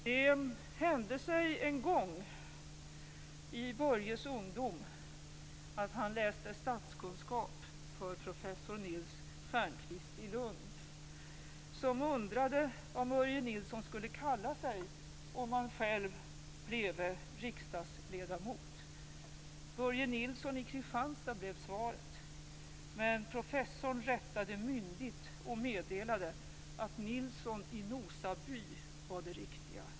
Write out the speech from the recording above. Det hände sig en gång i Börjes ungdom att han läste statskunskap för professor Nils Stjernquist i Lund, som undrade vad Börje Nilsson skulle kalla sig om han själv bleve riksdagsledamot. Börje Nilsson i Kristianstad, blev svaret. Men professorn rättade myndigt och meddelade att Nilsson i Nosaby var det riktiga.